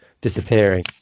disappearing